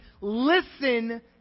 Listen